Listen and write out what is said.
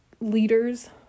leaders